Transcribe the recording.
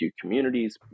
communities